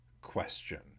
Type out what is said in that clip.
question